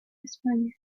españa